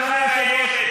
אדוני היושב-ראש,